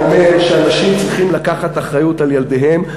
אני אומר שאנשים צריכים לקחת אחריות על ילדיהם,